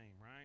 Right